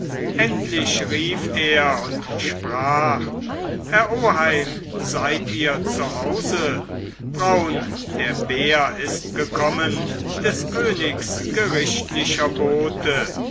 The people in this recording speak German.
endlich rief er und sprach herr oheim seid ihr zu hause braun der bär ist gekommen des königs gerichtlicher bote